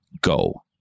Go